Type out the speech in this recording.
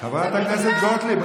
חברת הכנסת גוטליב,